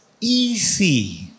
easy